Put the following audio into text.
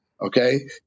Okay